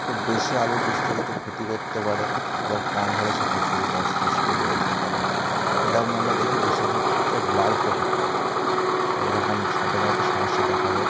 খুব বেশি আলোর বিস্তারিত ক্ষতি করতে পারে আবার কম হলে সেটা ছবিকে অস্পষ্টও করে দিতে পারে এরকম আমরা দেখি বেশিরভাগ ক্ষেত্রে ব্লার ফটো পাওয়া যায় তাই এরকম সাধারণত সমস্যা দেখা যায়